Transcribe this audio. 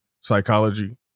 psychology